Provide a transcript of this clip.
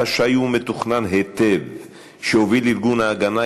חשאי ומתוכנן היטב שהוביל ארגון "ההגנה",